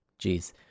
Jeez